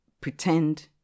pretend